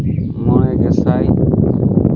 ᱢᱚᱬᱮ ᱜᱮᱥᱟᱭ